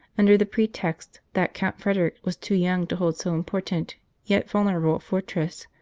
under the pretext that count frederick was too young to hold so important yet vulnerable a fortress,